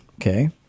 okay